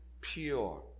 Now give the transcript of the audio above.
pure